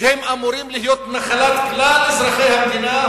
שאמורים להיות נחלת כלל אזרחי המדינה,